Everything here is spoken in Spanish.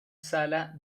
sala